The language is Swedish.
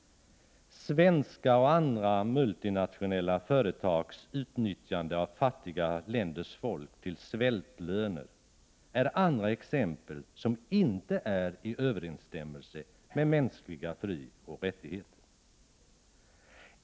Svenska och andra multinationella företags utnyttjande av fattiga länders folk till svältlöner är andra exempel som inte är i överensstämmelse med mänskliga frioch rättigheter.